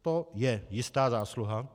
To je jistá zásluha.